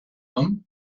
him